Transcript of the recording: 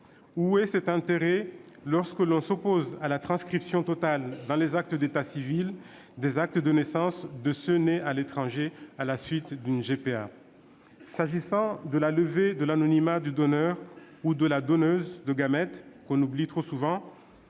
Où est cet intérêt lorsque l'on s'oppose à la transcription totale dans les actes d'état civil des actes de naissance de ceux qui sont nés à l'étranger à la suite d'une GPA ? S'agissant de la levée de l'anonymat du donneur ou de la donneuse de gamètes, que l'on oublie trop souvent,